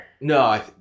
No